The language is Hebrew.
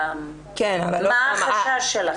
מה החשש שלכם?